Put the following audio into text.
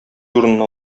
урынына